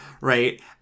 right